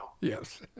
Yes